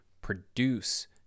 produce